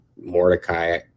Mordecai